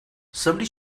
somebody